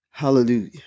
Hallelujah